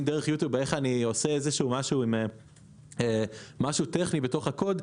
דרך יוטיוב איך אני עושה איזשהו משהו טכני בתוך הקוד,